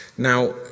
Now